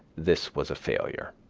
this was a failure.